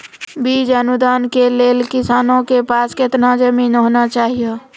बीज अनुदान के लेल किसानों के पास केतना जमीन होना चहियों?